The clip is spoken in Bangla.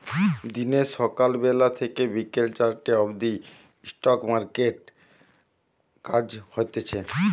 দিনে সকাল বেলা থেকে বিকেল চারটে অবদি স্টক মার্কেটে কাজ হতিছে